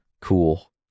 Cool